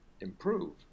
improve